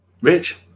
Rich